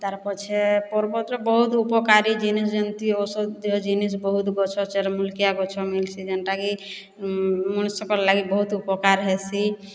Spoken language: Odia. ତାର୍ ପଛେ ପର୍ବତରେ ବହୁତ୍ ଉପକାରୀ ଜିନିଷ ଯେନ୍ତି ଔଷଧୀୟ ଜିନିଷ ବହୁତ୍ ଗଛ ଚେର ମୂଳ କେ କିୟା ଗଛ ମିଲୁଛେ ଯେଉଁଟାକି ମଣିଷକେ ଲାଗି ବହୁତ୍ ଉପକାର୍ ହେସି